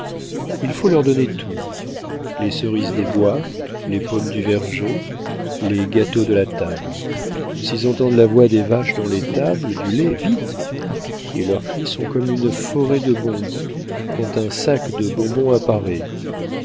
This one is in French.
il faut leur donner tout les cerises des bois les pommes du verger les gâteaux de la table s'ils entendent la voix des vaches dans l'étable du lait vite et leurs cris sont comme une forêt de bondy quand un sac de bonbons